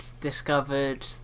discovered